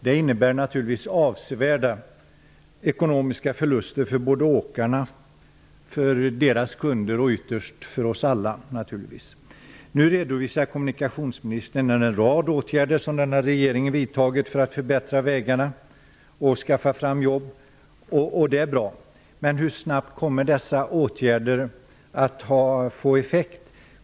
Det innebär naturligtvis avsevärda ekonomiska förluster för både åkarna och deras kunder och ytterst för oss alla. Nu redovisar kommunikationsministern en rad åtgärder som denna regering har vidtagit för att förbättra vägarna och skaffa fram jobb, och det är bra. Men hur snabbt kommer dessa åtgärder att få effekt?